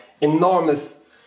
enormous